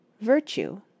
VIRTUE